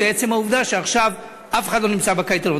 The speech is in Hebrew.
ועצם העובדה שעכשיו אף אחד לא נמצא בקייטנות?